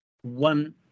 one